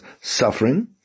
suffering